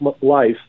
life